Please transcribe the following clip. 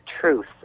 truth